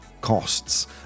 costs